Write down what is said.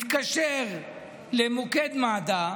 מתקשר למוקד מד"א,